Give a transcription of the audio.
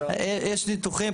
יש ניתוחים,